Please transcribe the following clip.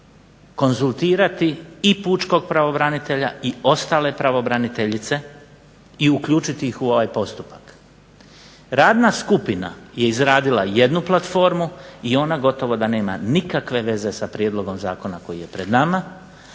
konzultirati i pučkog pravobranitelja i ostale pravobraniteljice i uključiti ih u ovaj postupak. Radna skupina je izradila jednu platformu i ona gotovo da nema nikakve veze sa prijedlogom zakona koji je pred nama,